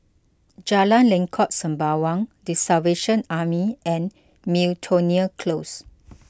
Jalan Lengkok Sembawang the Salvation Army and Miltonia Close